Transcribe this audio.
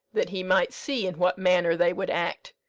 that he might see in what manner they would act.